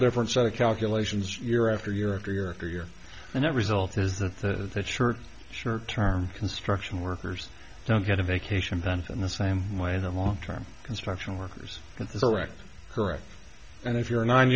different set of calculations year after year after year after year and that result is that that the church short term construction workers don't get a vacation time in the same why in the long term construction workers and their wrecked correct and if you're a n